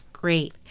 Great